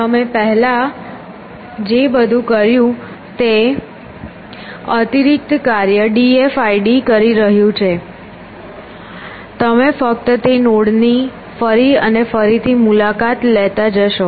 તમે પહેલાં જે બધું કર્યું તે અતિરિક્ત કાર્ય d f i d કરી રહ્યું છે તે ફક્ત તે નોડ ની ફરી અને ફરીથી મુલાકાત લેતા જોશે